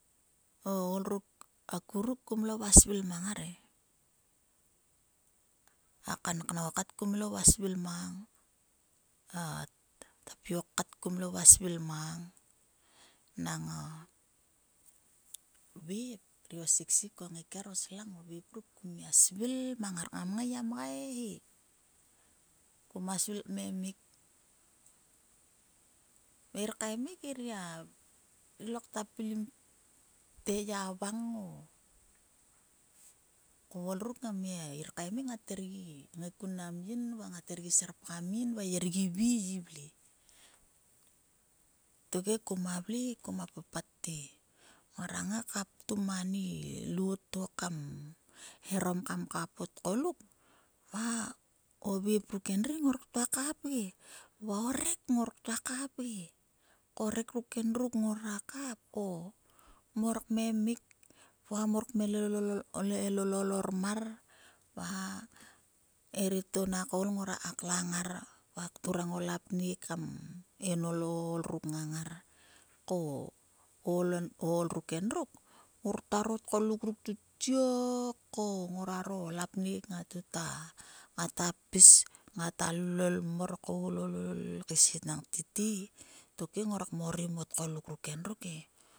O ol ruk akuruk kum lo vua svil mang ngar e. A kanknau kat kum lo vua svil mang. a tapiok kat kum lo vua svil mang nang o vep ruk a ngaike a siksik va slang kum vua svil mang ngar ko ngam ngai gia mgai he ku ma svil kmemik ngir lokta pilim te ya vang o. O ol ruk ngair kaemik ngat her gi ngai kun mnam yin her gi serpgam yin gi vle. Tokhe kuma vle kuma vle kuma papat te ngura ngai ka ptum ani lot to kam herom kam kap o tgulok va o vep ruk endri ngur ktua kap ge va o rek ngur ktua kap ge, rek ruk endruk mor kmemik. mor kmelellol ormar va evieto na koul ngruaka klang ngar va kturang o lapnek kam en o ol ruk ngang ngar ko o oi ol ruk endruk ngor ktuaro tgoluk ruk tiok ko nguaro lapnek ngate pis ngata lolol mor kam ngai kpis enang tete tokhe ngror kmorim o tgoluk ruk endruk e.